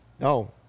No